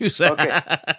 Okay